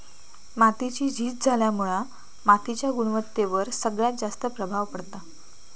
मातीची झीज झाल्यामुळा मातीच्या गुणवत्तेवर सगळ्यात जास्त प्रभाव पडता